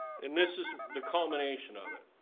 and this is the culmination of it.